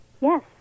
Yes